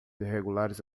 irregulares